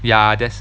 ya that's